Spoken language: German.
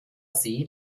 see